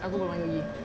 aku belum bagi lagi